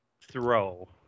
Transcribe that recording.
throw